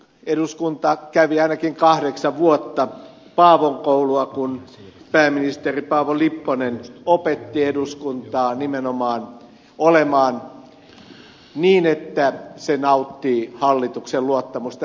eduskunta kävi ainakin kahdeksan vuotta paavon koulua kun pääministeri paavo lipponen opetti eduskuntaa nimenomaan olemaan niin että se nauttii hallituksen luottamusta